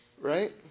right